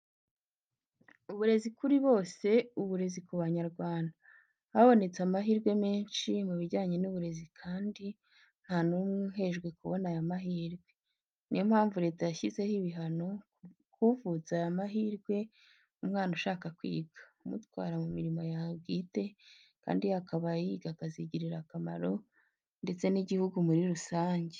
Uburezi kuri bose uburezi ku Banyarwanda. Habonetse amahirwe menshi mu bijyanye n'uburezi kandi ntanumwe uhejwe kubona aya mahirwe. Ni yo mpamvu leta yashyizeho ibihano kuvutsa aya mahirwe umwana ushaka kwiga umutwara mu mirimo yawe bwite kandi yakabaye yiga akazigirira akamaro ndetse n'igihugu muri rusange.